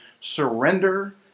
surrender